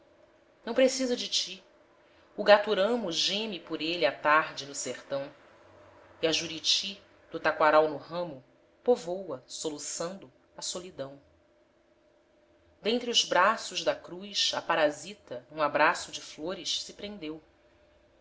não precisa de ti o gaturamo geme por ele à tarde no sertão e a juriti do taquaral no ramo povoa soluçando a solidão dentre os braços da cruz a parasita num abraço de flores se prendeu